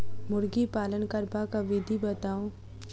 मुर्गी पालन करबाक विधि बताऊ?